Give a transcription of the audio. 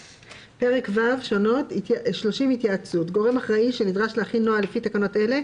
פרק ו' שונות "התייעצות 30. גורם אחראי שנדרש להכין נוהל לפי תקנות אלה,